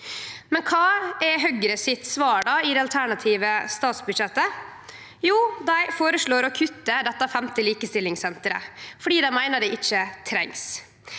våre. Kva er Høgre sitt svar i det alternative statsbudsjettet? Jo, dei føreslår å kutte dette femte likestillingssenteret fordi dei meiner det ikkje trengst.